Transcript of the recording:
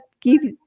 gives